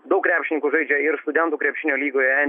daug krepšininkų žaidžia ir studentų krepšinio lygoje en